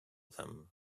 them